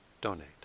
donate